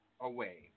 away